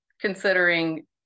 considering